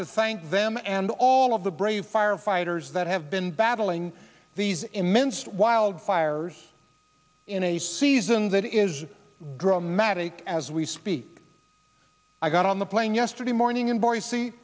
to thank them and all of the brave firefighters that have been battling these immense wildfires in a season that is growing matic as we speak i got on the plane yesterday morning in boise